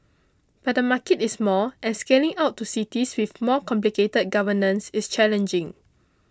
but the market is small and scaling out to cities with more complicated governance is challenging